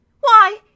Why